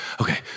Okay